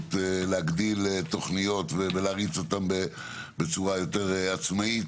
אפשרות להגדיל תוכניות ולהריץ אותן בצורה יותר עצמאית,